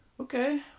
okay